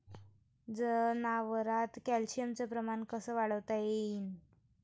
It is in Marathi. जनावरात कॅल्शियमचं प्रमान कस वाढवता येईन?